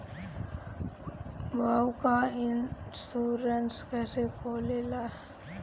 Bike insurance कैसे होखे ला?